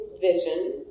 vision